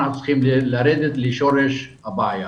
אנחנו צריכים לרדת לשורש הבעיה